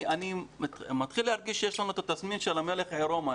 אני מתחיל להרגיש שיש לנו את התסמין של המלך עירום.